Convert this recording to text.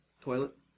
toilet